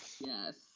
Yes